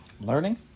Learning